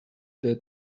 that